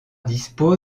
dispose